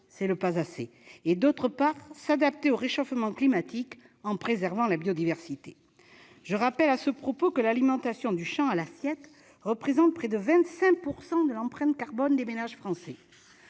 pas manger assez, et, d'autre part, s'adapter au réchauffement climatique en préservant la biodiversité. Je rappelle à ce propos que l'alimentation, du champ à l'assiette, représente près de 25 % de l'empreinte carbone des ménages français.